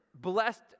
blessed